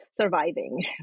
surviving